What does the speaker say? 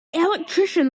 electrician